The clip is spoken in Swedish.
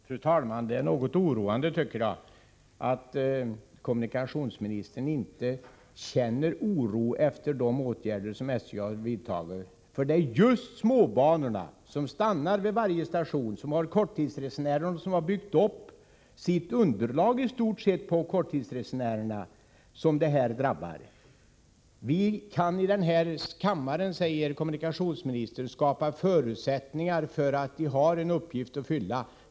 Fru talman! Det är något oroande, tycker jag, att kommunikationsministern inte känner oro efter de åtgärder som SJ har vidtagit. Det är nämligen just småbanorna, där tågen stannar vid varje station och där korttidsresenärer i stort sett utgör underlaget för driften, som drabbas. Vi kan i denna kammare, säger kommunikationsministern, skapa förutsättningar för att småbanorna skall ha en uppgift att fylla.